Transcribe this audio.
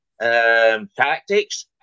tactics